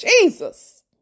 Jesus